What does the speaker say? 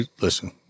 Listen